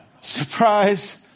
Surprise